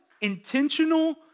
intentional